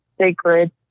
sacred